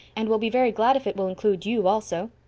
and we'll be very glad if it will include you, also.